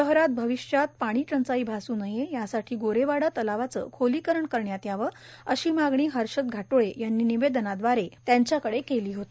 शहरात भविष्यात पाणी टंचाई भास् नये यासाठी गोरेवाडा तलावाचे खोलीकरण करण्यात यावे अशी मागणी हर्षद घाटोळे यांनी निवेदनाद्वारे यांच्याकडे केली होती